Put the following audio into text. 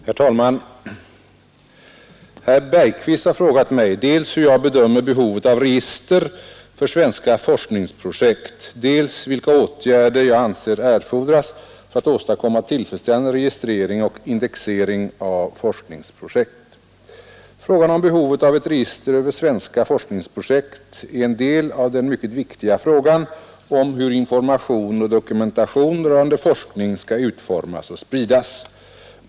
Herr talman! Herr Bergqvist har frågat mig dels hur jag bedömer behovet av register för svenska forskningsprojekt, dels vilka åtgärder jag anser erfordras för att åstadkomma tillfredsställande registrering och indexering av forskningsprojekt. Frågan om behovet av ett register över svenska forskningsprojekt är en del av den mycket viktiga frågan om hur information och dokumentation rörande forskning skall utformas och spridas.